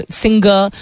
singer